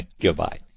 Goodbye